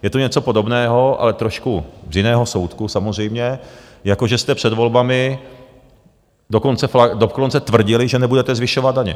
Je to něco podobného, ale trošku z jiného soudku samozřejmě, jako že jste před volbami dokonce tvrdili, že nebudete zvyšovat daně.